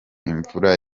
imvura